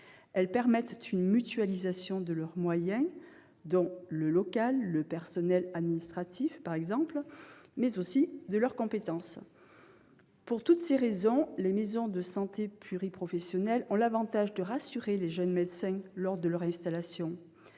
Elles permettent une mutualisation des moyens, dont le local, le personnel administratif, mais aussi des compétences. Pour toutes ces raisons, les maisons de santé pluriprofessionnelles ont l'avantage de rassurer les jeunes médecins lors de leur installation.